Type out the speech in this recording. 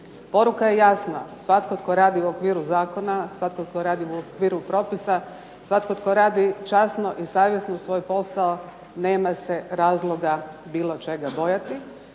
Poruka je jasna, svatko tko radi u okviru zakona, svatko tko radi u okviru propisa, svatko tko radi časno i savjesno svoj posao nema se razloga bilo čega bojati.